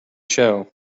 show